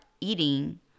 eating